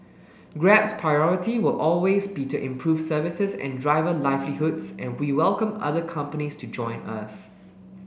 grab's priority will always be to improve services and driver livelihoods and we welcome other companies to join us